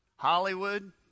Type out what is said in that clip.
Hollywood